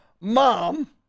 mom